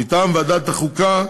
מטעם ועדת החוקה,